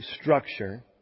structure